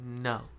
No